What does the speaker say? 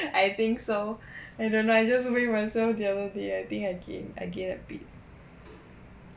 I think so I don't know I just weigh myself the other day I think I gain I gain a bit